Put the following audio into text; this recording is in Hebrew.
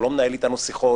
הוא לא מנהל איתנו שיחות,